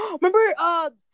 remember